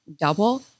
double